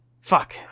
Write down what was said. Fuck